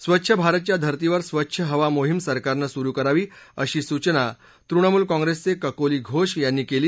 स्वच्छ भारतच्या धर्तीवर स्वच्छ हवा मोहीम सरकारनं सुरु करावी अशी सूचना तृणमूल काँप्रेसचे ककोली घोष यांनी केली